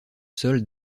sol